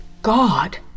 god